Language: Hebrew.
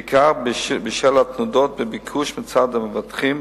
בעיקר בשל התנודות בביקוש מצד המבטחים,